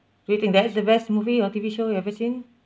you think that is the best movie or T_V show you ever seen